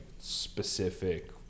specific